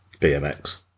BMX